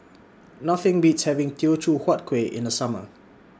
Nothing Beats having Teochew Huat Kueh in The Summer